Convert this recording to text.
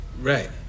Right